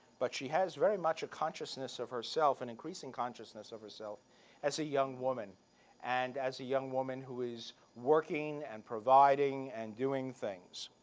but she has very much a consciousness of herself, an increasing consciousness of herself as a young woman and as a young woman who is working and providing and doing things.